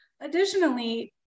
Additionally